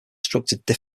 constructed